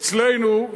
אצלנו,